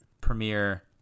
premiere